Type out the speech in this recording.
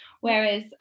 whereas